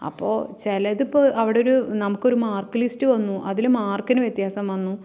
അപ്പോൾ ചിലതിപ്പോൾ അവിടെ ഒരു നമുക്ക് ഒരു മാർക്ക് ലിസ്റ്റ് വന്നു അതിൽ മാർക്കിന് വ്യത്യാസം വന്നു